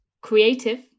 creative